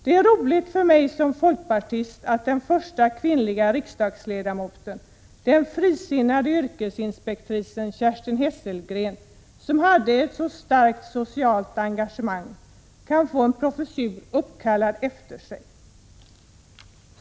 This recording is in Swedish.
Det är roligt för mig som folkpartist att den första kvinnliga riksdagsledamoten, den frisinnade yrkesinspektrisen Kerstin Hesselgren, som hade ett så starkt socialt engagemang, kan få en professur uppkallad efter sig.